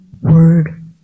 word